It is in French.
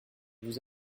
vous